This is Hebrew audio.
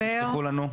תשלחו לנו?